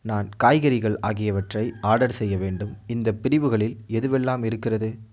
நான் காய்கறிகள் ஆகியவற்றை ஆர்டர் செய்ய வேண்டும் இந்தப் பிரிவுகளில் எதுவெல்லாம் இருக்கிறது